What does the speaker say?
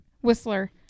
Whistler